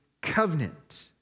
covenant